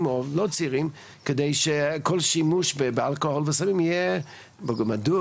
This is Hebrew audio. כדי שכל שימוש באלכוהול וסמים יהיה מדוד,